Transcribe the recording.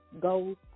goals